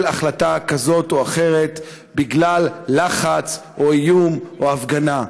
החלטה כזאת או אחרת בגלל לחץ או איום או הפגנה.